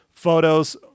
Photos